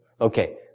Okay